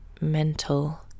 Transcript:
mental